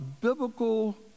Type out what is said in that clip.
biblical